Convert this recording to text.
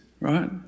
right